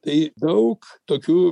tai daug tokių